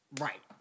Right